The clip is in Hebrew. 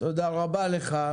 תודה רבה לך.